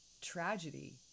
tragedy